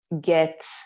get